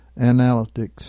analytics